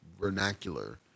vernacular